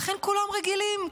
לכן כולם רגילים,